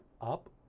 up